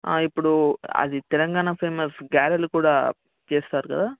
ఇప్పుడు అది తెలంగాణ ఫేమస్ గారెలు కూడా చేస్తారు కదా